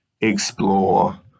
explore